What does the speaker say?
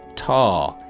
tall,